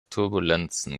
turbulenzen